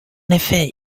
effet